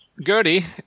Gertie